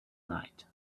night